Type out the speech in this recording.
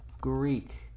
greek